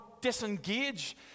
disengage